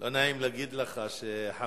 לא נעים להגיד לך ש"חמאס"